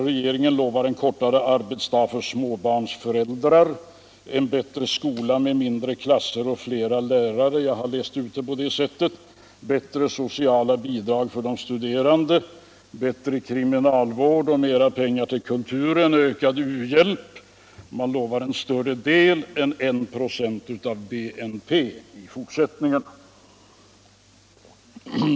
Regeringen lovar en kortare arbetsdag för småbarnsföräldrar, en bättre skola med mindre klasser och fler lärare — jag har läst ut det på det sättet —, bättre sociala bidrag för de studerande, bättre kriminalvård, mera pengar till kulturen och ökad u-hjälp, man lovar i det sistnämnda fallet en större del än 1 procent av BNP i fortsättningen.